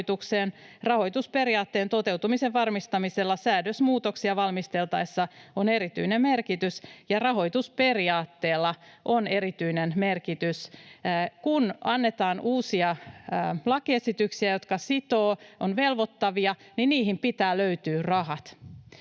rahoitusperiaatteen toteutumisen varmistamisella säädösmuutoksia valmisteltaessa on erityinen merkitys ja rahoitusperiaatteella on erityinen merkitys. Kun annetaan uusia lakiesityksiä, jotka sitovat, ovat velvoittavia, niihin pitää löytyä rahat,